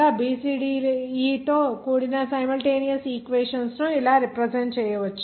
b c d e తో కూడిన simultaneous equations ను ఇలా రిప్రెజెంట్ చేయవచ్చు